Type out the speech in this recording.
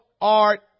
art